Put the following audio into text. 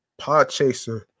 Podchaser